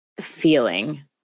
feeling